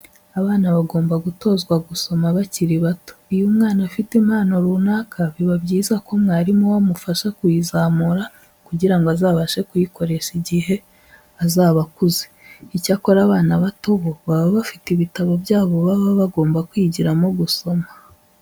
Abana bagomba gutozwe gusoma bakiri bato. Iyo umwana afite impano runaka biba byiza ko umwarimu we amufasha kuyizamura kugira ngo azabashe kuyikoresha igihe azaba akuze. Icyakora abana bato bo baba bafite ibitabo byabo baba bagomba kwigiramo gusoma.